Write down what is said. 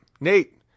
Nate